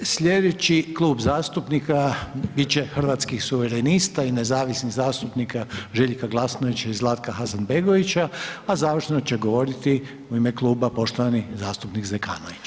Sljedeći Klub zastupnika bit će Hrvatskih suverenista i nezavisnih zastupnika Željka Glasnovića i Zlatka Hasanbegovića, a završno će govoriti u ime kluba poštovani zastupnik Zekanović.